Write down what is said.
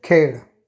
खेळ